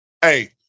Hey